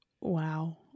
Wow